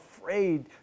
afraid